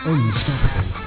Unstoppable